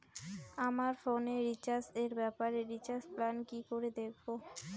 আমার ফোনে রিচার্জ এর ব্যাপারে রিচার্জ প্ল্যান কি করে দেখবো?